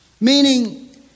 meaning